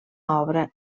obra